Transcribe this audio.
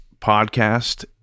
podcast